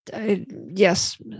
Yes